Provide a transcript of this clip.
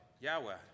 Yahweh